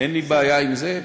אין לי בעיה עם זה.